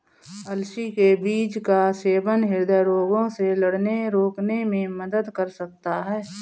अलसी के बीज का सेवन हृदय रोगों से लड़ने रोकने में मदद कर सकता है